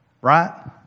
right